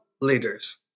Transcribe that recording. leaders